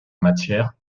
matière